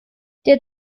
der